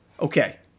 Okay